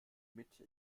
mitte